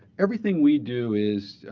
everything we do is,